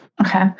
Okay